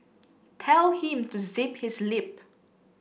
tell him to zip his lip